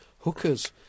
hookers